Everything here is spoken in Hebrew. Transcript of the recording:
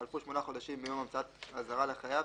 חלפו שמונה חודשים מיום המצאת אזהרה לחייב,